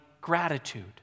gratitude